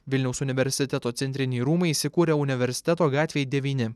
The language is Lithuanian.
vilniaus universiteto centriniai rūmai įsikūrę universiteto gatvėj devyni